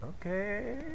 Okay